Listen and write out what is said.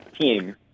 team